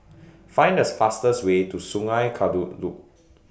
Find The fastest Way to Sungei Kadut Loop